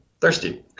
thirsty